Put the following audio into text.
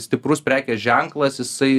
stiprus prekės ženklas jisai